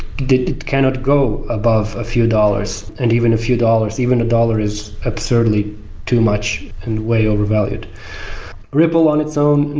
it cannot go above a few dollars. and even a few dollars, even a dollar is absurdly too much and way over-valued over-valued ripple on its own, and